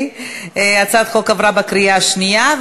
הצעת החוק עברה בקריאה שנייה.